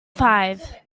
five